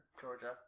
Georgia